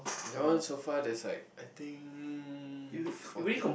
that one so far that's like I think fourteen